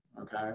okay